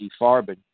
Farben